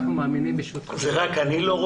אנחנו מאמינים מאוד בשותפויות,